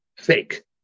fake